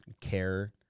care